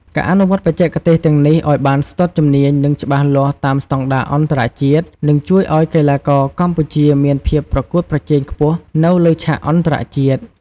ការអនុវត្តបច្ចេកទេសទាំងនេះឲ្យបានស្ទាត់ជំនាញ និងច្បាស់លាស់តាមស្តង់ដារអន្តរជាតិ នឹងជួយឲ្យកីឡាករកម្ពុជាមានភាពប្រកួតប្រជែងខ្ពស់នៅលើឆាកអន្តរជាតិ។